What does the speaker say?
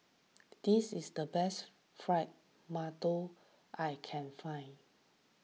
this is the best Fried Mantou I can find